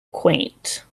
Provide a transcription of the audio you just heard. quaint